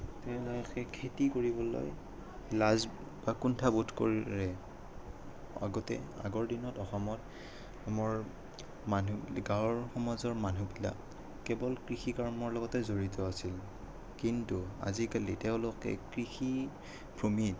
তেওঁলোকে খেতি কৰিবলৈ লাজ বা কুণ্ঠাবোধ কৰিব ধৰে আগতে আগৰ দিনত অসমত গাঁৱৰ সমাজৰ মানুহবিলাক কেৱল কৃষি কৰ্মৰ লগতে জড়িত আছিল কিন্তু আজিকালি তেওঁলোকে কৃষি ভূমিত